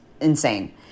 insane